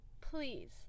please